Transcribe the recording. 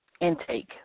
intake